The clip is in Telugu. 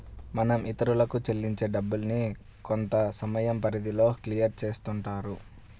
మనం ఇతరులకు చెల్లించే డబ్బుల్ని కొంతసమయం పరిధిలో క్లియర్ చేస్తుంటారు